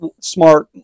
smart